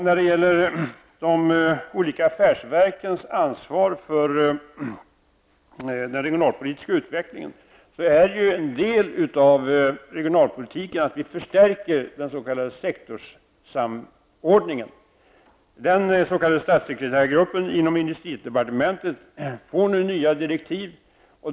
När det gäller de olika affärsverkens ansvar för den regionalpolitiska utvecklingen är en del av regionalpolitiken att vi förstärker den s.k. statssekreterargruppen inom industridepartementet får nu nya direktiv.